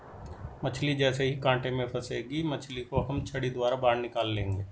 मछली जैसे ही कांटे में फंसेगी मछली को हम छड़ी द्वारा बाहर निकाल लेंगे